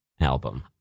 album